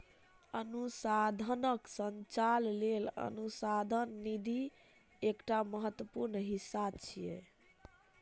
अनुसंधानक संचालन लेल अनुसंधान निधि एकटा महत्वपूर्ण हिस्सा छियै